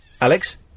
Alex